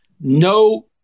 no